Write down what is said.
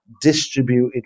distributed